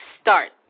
start